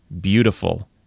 beautiful